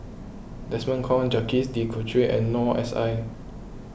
Desmond Kon Jacques De Coutre and Noor S I